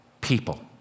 people